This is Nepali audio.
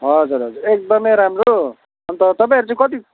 हजुर हजुर एकदमै राम्रो अनि त तपाईँहरू चाहिँ कति